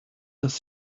does